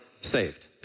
saved